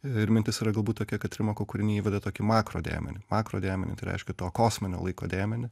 ir mintis yra galbūt tokia kad trimako kūriniai tokį makro dėmenį makro dėmenį tai reiškia to kosminio laiko dėmenį